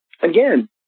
again